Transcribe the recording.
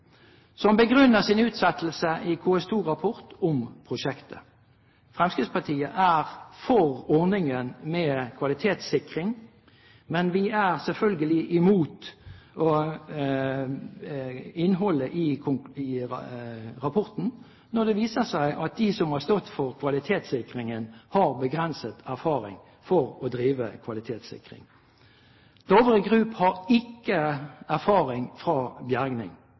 som begrunner sin utsettelse med KS2-rapport om prosjektet. Fremskrittspartiet er for ordningen med kvalitetssikring, men vi er selvfølgelig imot innholdet i rapporten når det viser seg at de som har stått for kvalitetssikringen, har begrenset erfaring med å drive kvalitetssikring. Dovre Group har ikke erfaring fra